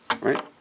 Right